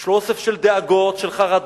יש לו אוסף של דאגות, של חרדות,